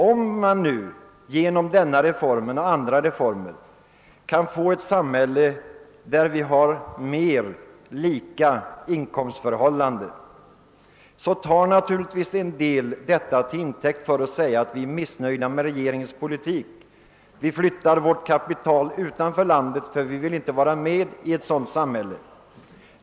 Om vi nu genom denna reform och andra reformer kan skapa ett samhälle där vi har mer lika inkomstförhållanden, så tar naturligtvis en del detta till intäkt för att ge uttryck åt missnöje med regeringens politik — vi flyttar vårt kapital utanför landet, ty vi vill inte vara med i ett sådant samhälle, säger man.